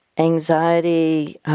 Anxiety